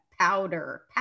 powder